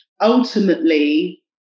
ultimately